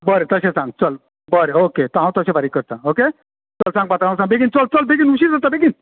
बरें तशें सांग चल बरें ओके तर हांव तशें फारीक करतां ओके चड सांग पात्रांवाक सांग चल चल बेगीन उशीर जाता बेगीन